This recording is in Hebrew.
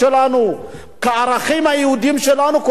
קודם כול להתייחס אליהם כאל בני-אדם,